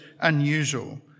unusual